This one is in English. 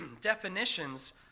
definitions